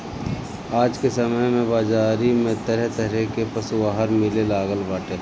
आज के समय में बाजारी में तरह तरह के पशु आहार मिले लागल बाटे